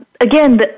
again